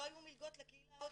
לא היו מלגות לקהילה ההודית.